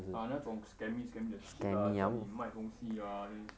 ah 那种 scammy scammer the shit lah 叫你卖东西 ah then